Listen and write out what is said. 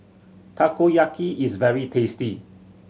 takoyaki is very tasty